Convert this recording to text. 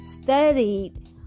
studied